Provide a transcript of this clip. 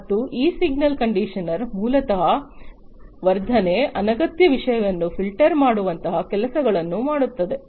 ಮತ್ತು ಈ signal conditioner ಮೂಲತಃ ವರ್ಧನೆ ಅನಗತ್ಯ ವಿಷಯವನ್ನು ಫಿಲ್ಟರ್ ಮಾಡುವಂತಹ ಕೆಲಸಗಳನ್ನು ಮಾಡುತ್ತದೆ